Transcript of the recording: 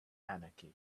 anarchy